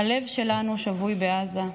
"הלב שלנו שבוי בעזה".